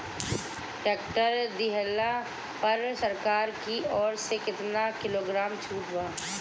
Tractor लिहला पर सरकार की ओर से केतना किलोग्राम छूट बा?